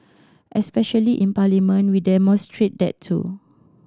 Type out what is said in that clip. especially in Parliament we demonstrate that too